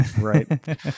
Right